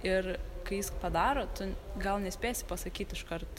ir kai jis padaro tu gal nespėsi pasakyt iškart